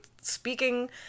speaking